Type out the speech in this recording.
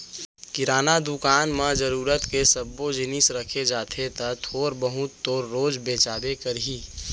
किराना दुकान म जरूरत के सब्बो जिनिस रखे जाथे त थोर बहुत तो रोज बेचाबे करही